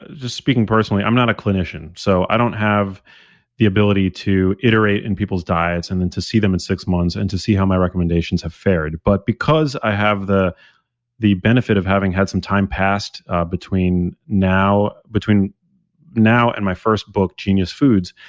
just speaking personally, i'm not a clinician. so i don't have the ability to iterate in people's diets, and then to see them in six months and to see how my recommendations have fared, but because i have the the benefit of having had some time passed between now between now and my first book, genius foods,